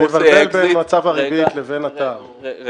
--- אתה מבלבל בין מצב הריבית ובין ה --- העמלה